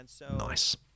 Nice